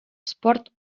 спорт